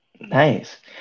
nice